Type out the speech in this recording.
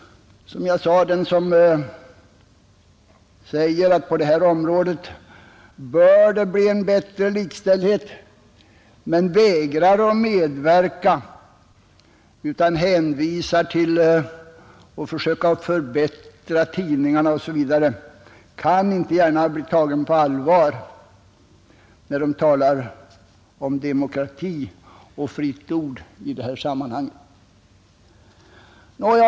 De som säger att det på det här området bör bli en bättre likställdhet men vägrar att medverka och i stället hänvisar till att man skall försöka förbättra tidningarna, göra dem mera läsvärda osv. kan inte gärna bli tagna på allvar, som jag tidigare sagt, när de i detta sammanhang talar om demokrati och det fria ordet.